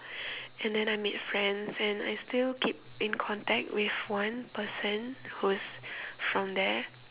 and than I made friends and I still keep in contact with one person who's from there